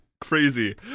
Crazy